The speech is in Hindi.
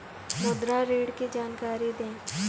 मुद्रा ऋण की जानकारी दें?